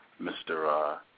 Mr